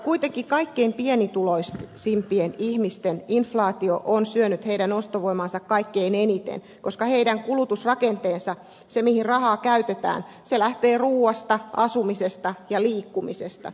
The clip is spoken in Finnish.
kuitenkin kaikkein pienituloisimpien ihmisten ostovoimaa inf laatio on syönyt kaikkein eniten koska heidän kulutusrakenteensa se mihin rahaa käytetään lähtee ruuasta asumisesta ja liikkumisesta